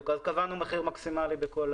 אז קבענו מחיר מקסימאלי.